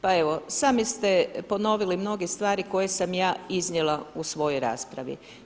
Pa evo sami ste ponovili mnoge stvari koje sam ja iznijela u svojoj raspravi.